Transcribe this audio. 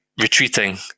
retreating